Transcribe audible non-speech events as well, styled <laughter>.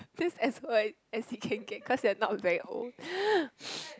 seems as like as you can get cause you're not very old <breath>